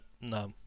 no